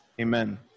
Amen